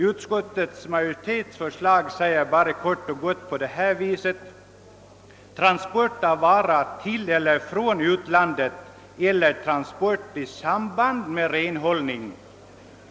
Utskottets förslag lyder kort och gott: »transport av vara till eller från utlandet eller transport i samband med renhållning ———»,.